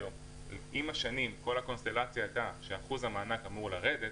עם השנים כל הקונסטלציה הייתה שאחוז המענק אמור לרדת,